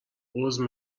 عذر